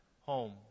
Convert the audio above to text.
home